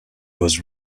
was